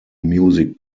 music